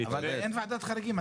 אבל אין ועדת חריגים,